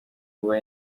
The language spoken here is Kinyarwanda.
kuba